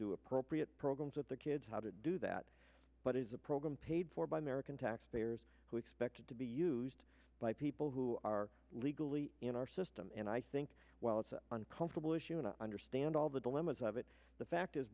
do appropriate programs with their kids how to do that but it is a program paid for by american taxpayers who expected to be used by people who are legally in our system and i think while it's uncomfortable issue and understand all the dilemmas of it the fact is